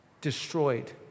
destroyed